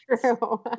True